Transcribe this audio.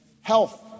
health